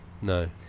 No